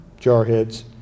jarheads